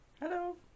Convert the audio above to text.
Hello